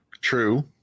True